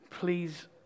Please